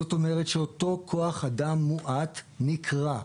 זאת אומרת שאותו כוח אדם מועט נקרע.